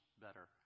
better